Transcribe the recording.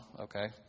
Okay